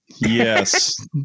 Yes